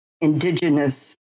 indigenous